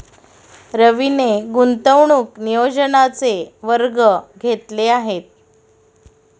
रवीने गुंतवणूक नियोजनाचे वर्ग घेतले आहेत